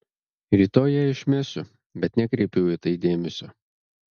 rytoj ją išmesiu bet nekreipiau į tai dėmesio